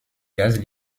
gaz